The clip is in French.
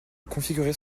configurer